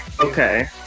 Okay